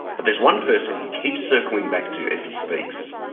but there's one person he keeps circling back to as he speaks.